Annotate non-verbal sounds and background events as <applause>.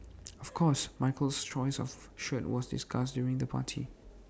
<noise> of course Michael's choice of shirt was discussed during the party